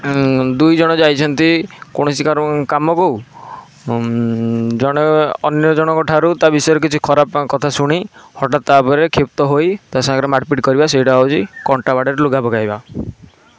ଦୁଇ ଜଣ ଯାଇଛନ୍ତି କୌଣସି କାମକୁ ଜଣେ ଅନ୍ୟ ଜଣଙ୍କ ଠାରୁ ତା ବିଷୟରେ କିଛି ଖରାପ କଥା ଶୁଣି ହଠାତ୍ ତା ଉପରେ କ୍ଷିପ୍ତ ହୋଇ ତା ସାଙ୍ଗରେ ମାର ପିଟ କରିବା ସେଇଟା ହେଉଛି କଣ୍ଟା ବାଡ଼ରେ ଲୁଗା ପକାଇବା